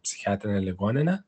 psichiatrinę ligoninę